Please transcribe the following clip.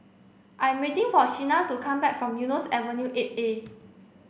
I am waiting for Shena to come back from Eunos Avenue eight A